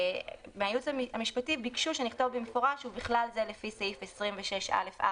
מהייעוץ המשפטי ביקשו שנכתוב במפורש "ובכלל זה לפי סעיף 26(א)(4)",